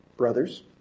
Brothers